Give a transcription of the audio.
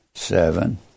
Seven